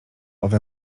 owe